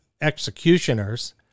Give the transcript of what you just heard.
executioners